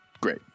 great